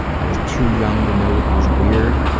i was too young to know it was weird.